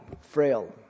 frail